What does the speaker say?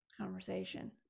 conversation